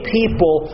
people